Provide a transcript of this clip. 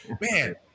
man